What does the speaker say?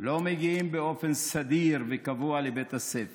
לא הגיעו באופן סדיר וקבוע לבית הספר,